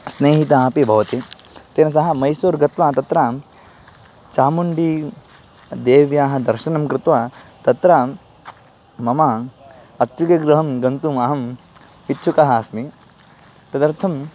स्नेहिताः अपि भवन्ति तेन सह मैसूर् गत्वा तत्र चामुण्डी देव्याः दर्शनं कृत्वा तत्र मम अत्तिगे गृहं गन्तुम् अहम् इच्छुकः अस्मि तदर्थं